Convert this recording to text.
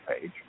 page